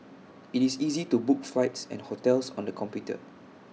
IT is easy to book flights and hotels on the computer